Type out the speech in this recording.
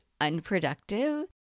unproductive